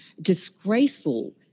disgraceful